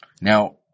Now